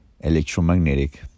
electromagnetic